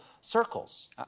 circles